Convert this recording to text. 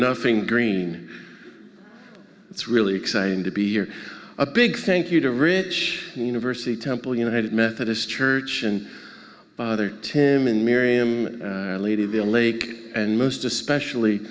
nothing green it's really exciting to be you're a big thank you to rich university temple united methodist church and other tim and miriam lady of the lake and most especially